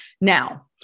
Now